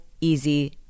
easy